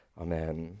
Amen